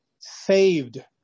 saved